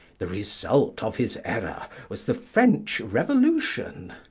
the result of his error was the french revolution.